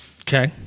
Okay